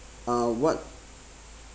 uh what